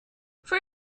for